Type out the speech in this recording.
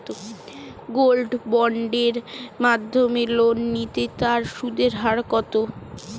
Gold বন্ডের মাধ্যমে loan নিলে তার সুদের হার কত?